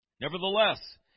Nevertheless